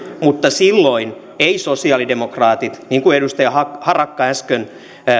mutta silloin eivät sosialidemokraatit niin kuin edustaja harakka äsken